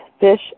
fish